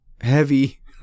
heavy